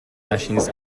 machines